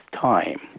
time